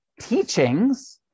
teachings